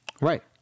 Right